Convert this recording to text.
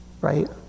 Right